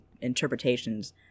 interpretations